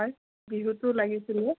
হয় বিহুটো লাগিছিলে